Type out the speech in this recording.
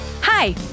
Hi